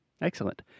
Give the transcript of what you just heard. Excellent